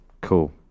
Cool